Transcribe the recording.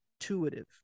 intuitive